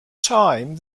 time